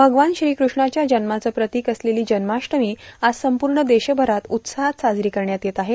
भगवान श्रीकृष्णाच्या जव्माचं प्रतिक असलेली जव्माष्टमी आज संपूर्ण देशभरात उत्साहात साजरी करण्यात येत आहे